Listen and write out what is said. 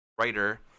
writer